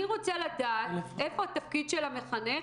אני רוצה לדעת איפה התפקיד של המחנך,